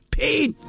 pain